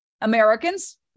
americans